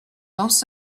most